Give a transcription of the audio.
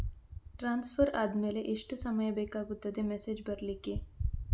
Transfer ಆದ್ಮೇಲೆ ಎಷ್ಟು ಸಮಯ ಬೇಕಾಗುತ್ತದೆ ಮೆಸೇಜ್ ಬರ್ಲಿಕ್ಕೆ?